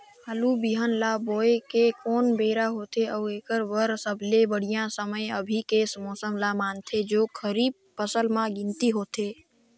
आलू बिहान ल बोये के कोन बेरा होथे अउ एकर बर सबले बढ़िया समय अभी के मौसम ल मानथें जो खरीफ फसल म गिनती होथै?